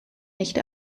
nicht